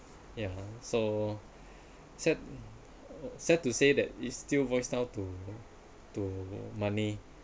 yeah so sad sad to say that it's still boils down to to money